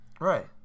Right